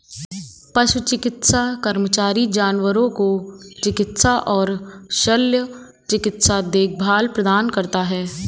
पशु चिकित्सा कर्मचारी जानवरों को चिकित्सा और शल्य चिकित्सा देखभाल प्रदान करता है